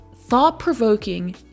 thought-provoking